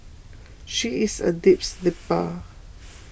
she is a deep sleeper